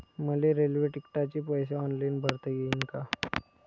मले रेल्वे तिकिटाचे पैसे ऑनलाईन भरता येईन का?